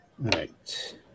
right